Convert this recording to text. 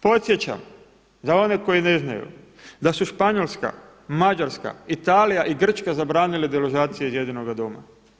Podsjećam za one koji ne znaju da su Španjolska, Mađarska, Italija i Grčka zabranile deložacije iz jedinoga doma.